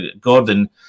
Gordon